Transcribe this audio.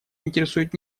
интересует